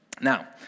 Now